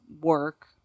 work